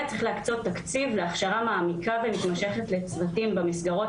וצריך להקצות תקציב להכשרה מעמיקה ומתמשכת לצוותים במסגרות